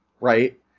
Right